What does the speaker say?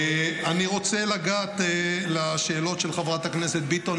אני רוצה לגעת בשאלות של חברת הכנסת ביטון,